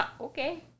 Okay